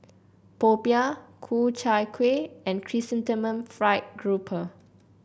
popiah Ku Chai Kueh and Chrysanthemum Fried Grouper